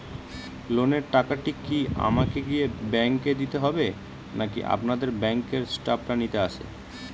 লোনের টাকাটি কি আমাকে গিয়ে ব্যাংক এ দিতে হবে নাকি আপনাদের ব্যাংক এর স্টাফরা নিতে আসে?